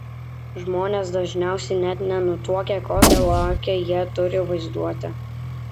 žmonės dažniausiai net nenutuokia kokią lakią jie turi vaizduotę